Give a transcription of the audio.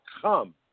come